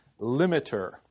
limiter